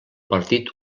partit